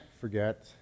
forget